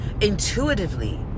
intuitively